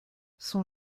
son